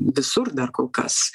visur dar kol kas